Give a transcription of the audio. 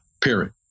period